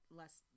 less